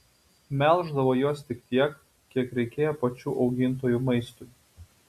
melždavo juos tik tiek kiek reikėjo pačių augintojų maistui